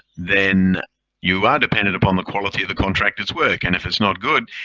then you are dependent upon the quality of the contractor's work. and if it's not good,